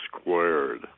squared